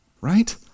right